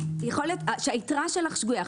יכול להיות שהיתרה שלך שגויה.